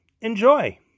enjoy